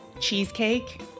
cheesecake